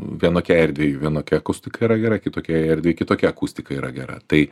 vienokiai erdvei vienokia akustika yra gera kitokiai erdvei kitokia akustika yra gera tai